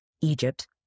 Egypt